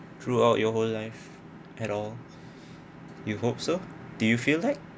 throughout your whole life at all you hope so do you feel like